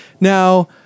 Now